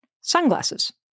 sunglasses